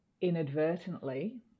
inadvertently